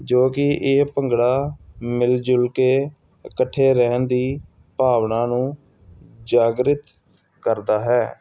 ਜੋ ਕਿ ਇਹ ਭੰਗੜਾ ਮਿਲ ਜੁਲ ਕੇ ਇਕੱਠੇ ਰਹਿਣ ਦੀ ਭਾਵਨਾ ਨੂੰ ਜਾਗ੍ਰਿਤ ਕਰਦਾ ਹੈ